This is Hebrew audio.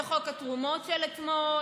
זה חוק התרומות של אתמול,